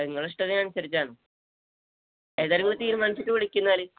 നിങ്ങളുടെ ഇഷ്ടത്തിനനുസരിച്ചാണ് ഏതായാലും നിങ്ങള് തീരുമാനിച്ചിട്ട് വിളിക്കൂ എന്നാല്